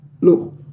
look